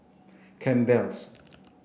Campbell's